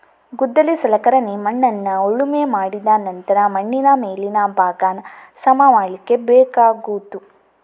ಗುದ್ದಲಿ ಸಲಕರಣೆ ಮಣ್ಣನ್ನ ಉಳುಮೆ ಮಾಡಿದ ನಂತ್ರ ಮಣ್ಣಿನ ಮೇಲಿನ ಭಾಗಾನ ಸಮ ಮಾಡ್ಲಿಕ್ಕೆ ಬೇಕಾಗುದು